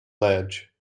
ledge